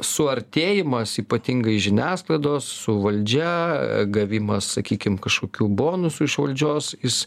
suartėjimas ypatingai žiniasklaidos su valdžia gavimas sakykim kašokių bonusų iš valdžios jis